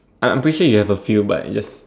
I I'm pretty sure you have a few but just